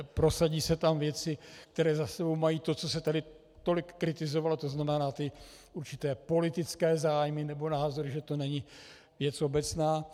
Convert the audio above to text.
Prosadí se tam věci, které za sebou mají to, co se tady tolik kritizovalo, to znamená určité politické zájmy nebo názory, že to není věc obecná.